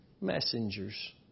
messengers